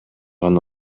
гана